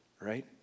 right